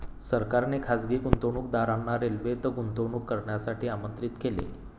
सरकारने खासगी गुंतवणूकदारांना रेल्वेत गुंतवणूक करण्यासाठी आमंत्रित केले